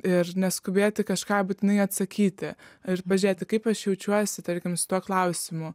ir neskubėti kažką būtinai atsakyti ir pažiūrėti kaip aš jaučiuosi tarkim su tuo klausimu